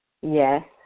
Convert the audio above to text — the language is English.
Yes